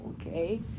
okay